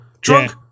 drunk